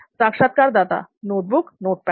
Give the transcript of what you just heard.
साक्षात्कारदाता notebook notepad